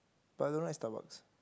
but I don't like Starbucks